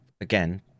again